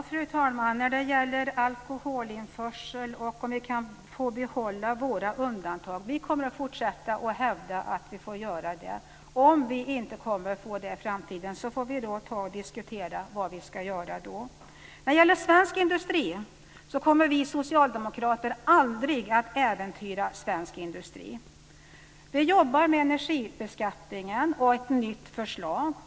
Fru talman! När det gäller alkoholinförsel och om vi kan få behålla våra undantag kan jag säga att vi kommer att fortsätta att hävda att vi ska få göra det. Om vi inte får det i framtiden får vi då diskutera vad vi ska göra. Vi socialdemokrater kommer aldrig att äventyra svensk industri. Vi jobbar med energibeskattningen och ett nytt förslag.